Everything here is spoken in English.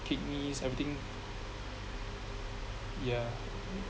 kidneys everything yeah